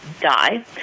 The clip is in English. die